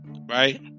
right